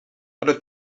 ale